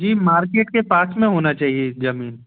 जी market के पास में होना चाहिए जमीन